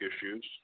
issues